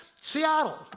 Seattle